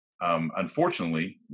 Unfortunately